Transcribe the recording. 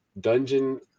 dungeon